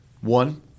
One